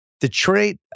Detroit